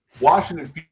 Washington